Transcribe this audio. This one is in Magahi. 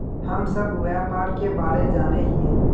हम सब व्यापार के बारे जाने हिये?